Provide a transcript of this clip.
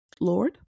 Lord